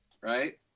right